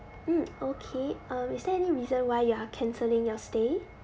mm okay uh is there any reason why you are cancelling your stay